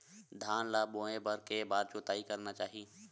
धान ल बोए बर के बार जोताई करना चाही?